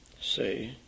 say